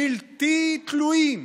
בלתי תלויים,